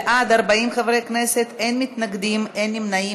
בעד, 40 חברי כנסת, אין מתנגדים, אין נמנעים.